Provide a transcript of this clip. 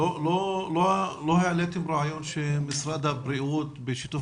לא העליתם רעיון שמשרד הבריאות בשיתוף